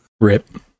rip